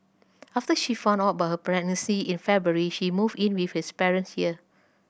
after she found out about her pregnancy in February she moved in with his parents here